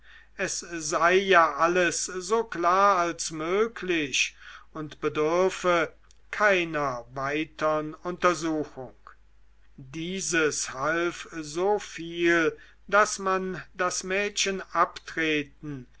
es sei ja alles so klar als möglich und bedürfe keiner weiteren untersuchung dieses half so viel daß man das mädchen abtreten